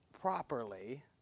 properly